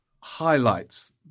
highlights